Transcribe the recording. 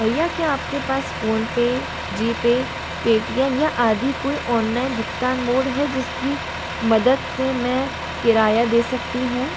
भईया क्या आपके पास फ़ोनपे जी पे पेटीएम या आदि कोई ऑनलाइन भुगतान मोड है जिसकी मदद से मैं किराया दे सकती हूँ